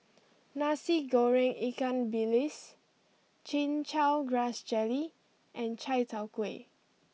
Nasi Goreng Ikan Bilis Chin Chow Grass Jelly and Chai Tow Kuay